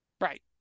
Right